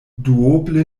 duoble